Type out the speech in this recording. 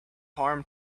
harm